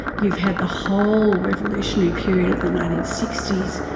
you've had the whole revolutionary period of the nineteen sixty s,